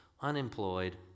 unemployed